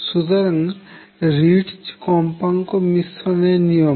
সুতরাং রিটজ কম্পাঙ্ক সংমিশ্রনের নিয়মটি কি